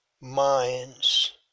minds